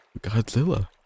Godzilla